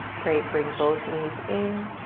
great, bring both knees in,